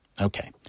Okay